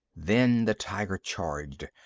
then the tiger charged,